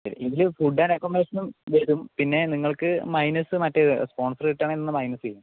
ഇതില് food and അക്കൗമഡേഷനും വരും പിന്നെ നിങ്ങൾക്ക് മൈനസ് മറ്റേ സ്പോൺസർ കിട്ടുവാണെങ്കിൽ ഇതിൽ നിന്ന് മൈനസ് ചെയ്യും